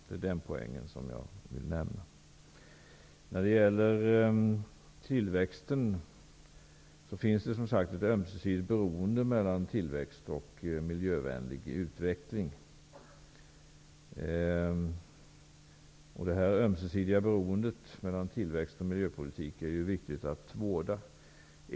Det är den poängen som jag vill nämna. När det gäller tillväxten finns det alltså ett ömsesidigt beroende mellan tillväxt och miljövänlig utveckling. Det ömsesidiga beroendet mellan tillväxt och miljöpolitik är viktigt att vårda.